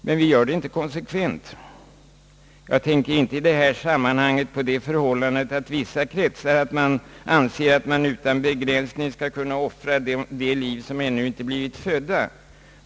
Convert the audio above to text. Men vi gör det inte konsekvent. Jag tänker i detta sammanhang inte på det förhållandet, att man i vissa kretsar anser att man utan begränsning skall kunna offra liv som ännu inte blivit födda.